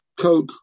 Coke